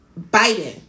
Biden